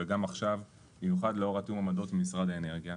וגם עכשיו במיוחד לאור תיאום העמדות עם משרד האנרגיה